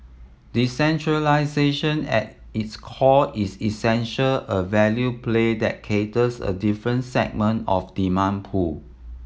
decentralisation at its core is essential a value play that caters a different segment of demand pool